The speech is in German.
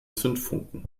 zündfunken